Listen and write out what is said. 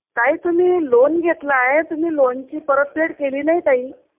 ताई तुम्ही लोन घेतला आहे तुम्ही लोनची परतफेड केली नाही ताई